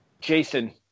Jason